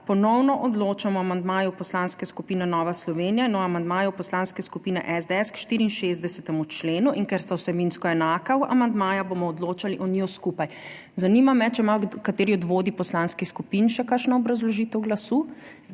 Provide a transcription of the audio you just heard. ponovno odločamo o amandmaju Poslanske skupine Nova Slovenija in o amandmaju Poslanske skupine SDS k 64. členu. In ker sta amandmaja vsebinsko enaka, bomo odločali o njiju skupaj. Zanima me, ali ima kateri od vodij poslanskih skupin še kakšno obrazložitev glasu.